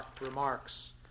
remarks